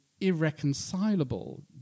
irreconcilable